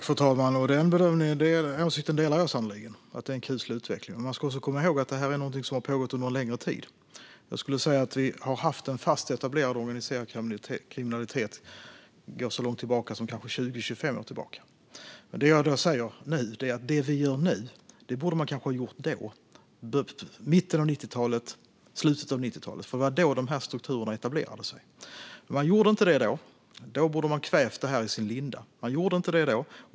Fru talman! Den åsikten delar jag sannerligen: Det är en kuslig utveckling. Men man ska också komma ihåg att detta är någonting som har pågått under en längre tid. Jag skulle säga att den fasta, etablerade organiserade kriminaliteten går så långt tillbaka som kanske 20 eller 25 år. Vad jag säger är att det vi gör nu borde man kanske ha gjort då, i mitten och slutet av 90talet. Det var då dessa strukturer etablerade sig. Men man gjorde inte det då. Då borde man ha kvävt detta i sin linda. Man gjorde inte det då.